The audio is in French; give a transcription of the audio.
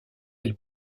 elle